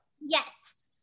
Yes